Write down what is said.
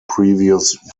previous